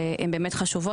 הן באמת חשובות,